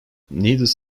needless